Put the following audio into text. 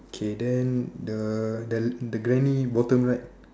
okay then the the the granny bottom right